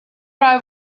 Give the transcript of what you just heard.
are